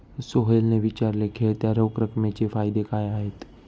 सोहेलने विचारले, खेळत्या रोख रकमेचे फायदे काय आहेत?